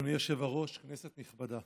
אדוני היושב-ראש, כנסת נכבדה,